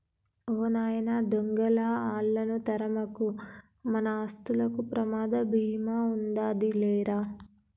ఓ నాయన దొంగలా ఆళ్ళను తరమకు, మన ఆస్తులకు ప్రమాద భీమా ఉందాది లేరా